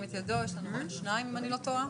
יש לנו כאן שניים, אם אני לא טועה.